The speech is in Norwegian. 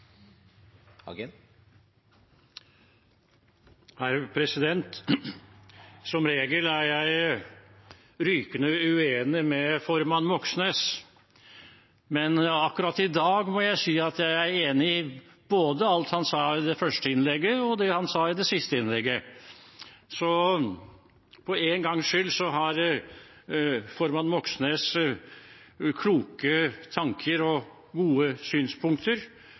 Som regel er jeg rykende uenig med formann Moxnes, men akkurat i dag må jeg si at jeg er enig i både alt han sa i det første innlegget, og det han sa i det siste innlegget. Så for en gangs skyld har formann Moxnes kloke tanker og gode synspunkter,